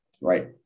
right